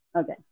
Okay